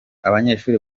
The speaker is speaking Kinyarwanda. abanyeshuli